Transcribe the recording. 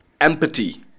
empathy